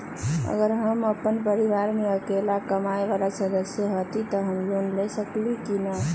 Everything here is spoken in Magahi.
अगर हम अपन परिवार में अकेला कमाये वाला सदस्य हती त हम लोन ले सकेली की न?